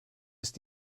ist